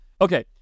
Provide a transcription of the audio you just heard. Okay